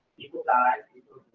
people die, people